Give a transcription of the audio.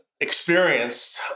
experienced